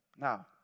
Now